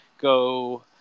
go